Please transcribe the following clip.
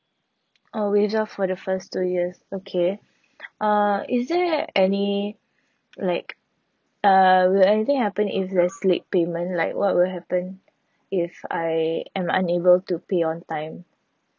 oh waived off for the first two years okay uh is there any like uh will anything happen if there's late payment like what will happen if I am unable to pay on time